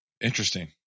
Interesting